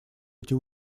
эти